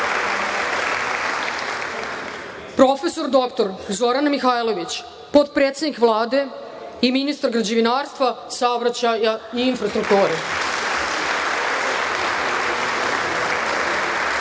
prof. dr Zorana Mihajlović, potpredsednik Vlade i ministar građevinarstva, saobraćaja i infrastrukture,